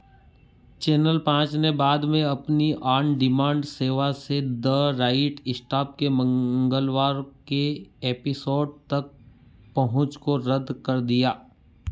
channel पाँच ने बाद में अपनी ऑन डिमांड सेवा से द राइट इस्टाफ के मंगलवार के एपिसोड तक पहुँच को रद्द कर दिया